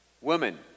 women